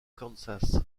kansas